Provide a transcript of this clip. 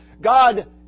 God